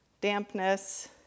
dampness